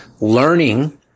learning